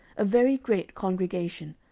a very great congregation,